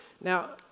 Now